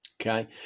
Okay